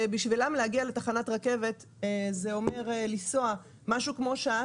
שבשבילם להגיע לתחנת רכבת זה אומר לנסוע משהו כמו שעה,